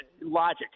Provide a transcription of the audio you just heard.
logic